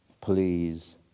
Please